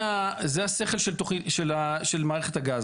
זה השכל של מערכת הגז.